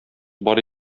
бар